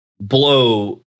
blow